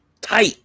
tight